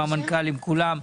המנכ"ל וכולם.